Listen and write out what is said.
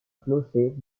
clocher